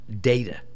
data